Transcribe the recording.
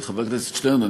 חבר הכנסת שטרן,